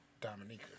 Dominica